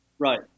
Right